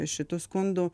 šitu skundu